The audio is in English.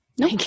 No